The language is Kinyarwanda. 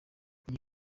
iyi